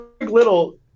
Little